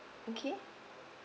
okay